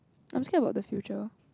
I'm scared about the future